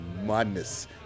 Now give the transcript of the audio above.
madness